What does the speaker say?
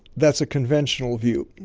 that's a conventional view.